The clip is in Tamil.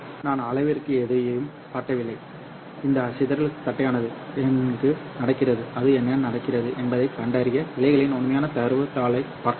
நான் அளவிற்கு எதையும் காட்டவில்லை இந்த சிதறல் தட்டையானது எங்கு நடக்கிறது அது என்ன நடக்கிறது என்பதைக் கண்டறிய இழைகளின் உண்மையான தரவுத் தாளைப் பார்க்கலாம்